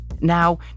Now